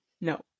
No